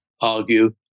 argue